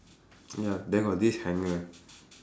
ya then got this hanger